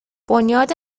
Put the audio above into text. بنیاد